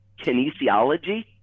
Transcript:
kinesiology